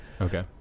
Okay